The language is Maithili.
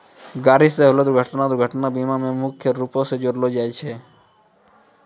गाड़ी से होलो दुर्घटना दुर्घटना बीमा मे मुख्य रूपो से जोड़लो जाय छै